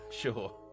Sure